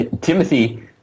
Timothy